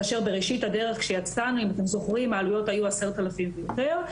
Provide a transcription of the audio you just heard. כאשר בראשית הדרך כשיצאנו העלויות היו 10,000 ויותר.